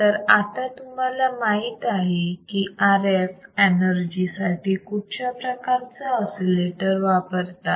तर आता तुम्हाला माहित आहे की RF एनर्जी साठी कुठच्या प्रकारचे ऑसिलेटर वापरतात